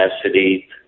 capacity